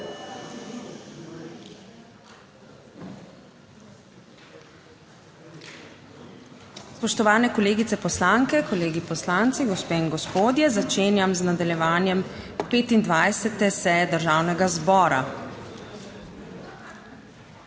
Spoštovane kolegice poslanke, kolegi poslanci, gospe in gospodje! Začenjam nadaljevanje 25. seje Državnega zbora.